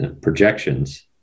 projections